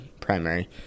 primary